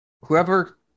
whoever